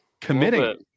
Committing